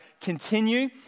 continue